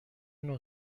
نوع